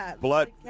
Blood